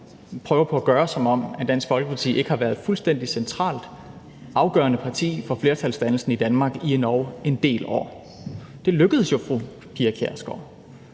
opfører sig, som om Dansk Folkeparti ikke har været et fuldstændig centralt og afgørende parti for flertalsdannelsen i Danmark i endog en del år. Det lykkedes jo fru Pia Kjærsgaard.